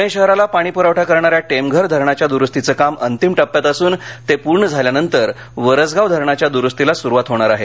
प्णे शहराला पाणी प्रवठा करणाऱ्या टेमघर धरणाच्या द्रुस्तीचं काम अंतिम टप्प्यात असून ते पूर्ण झाल्यानंतर वरसगाव धरणाच्या द्रुस्तीला स्रुवात होणार आहे